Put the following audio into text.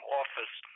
office